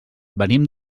venim